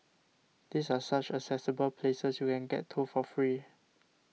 these are such accessible places you can get to for free